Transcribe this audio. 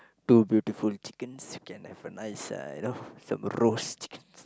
two beautiful chickens you can have a nice uh you know some roast chickens